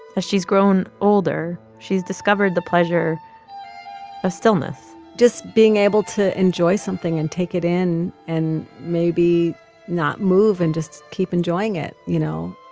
as she's grown older, she's discovered the pleasure of stillness just being able to enjoy something and take it in and maybe not move and just keep enjoying it. you know,